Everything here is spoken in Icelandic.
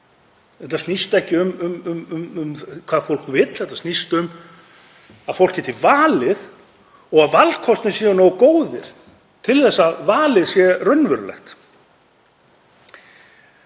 Þetta snýst ekki um hvað fólk vill. Þetta snýst um að fólk geti valið og að valkostirnir séu nógu góðir til að valið sé raunverulegt.